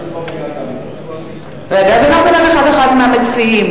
רגע, אז אנחנו נלך אחד-אחד מהמציעים.